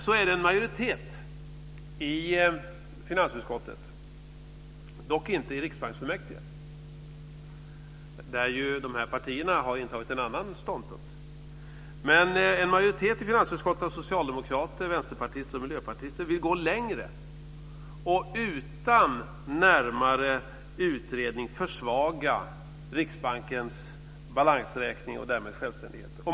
En majoritet i finansutskottet av socialdemokrater, vänsterpartister och miljöpartister vill gå längre och utan närmare utredning försvaga Riksbankens balansräkning och därmed självständighet. Det gäller dock inte i riksbanksfullmäktige där ju de här partierna har intagit en annan ståndpunkt.